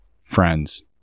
Friends